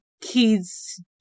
kids